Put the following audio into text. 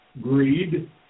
Greed